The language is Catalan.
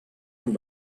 amb